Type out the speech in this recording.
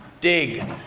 dig